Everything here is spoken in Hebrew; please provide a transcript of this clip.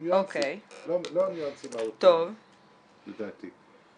חושב --- מהותי לדעתי.